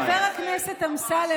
חבר הכנסת אמסלם,